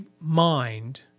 mind